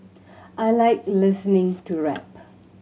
I like listening to rap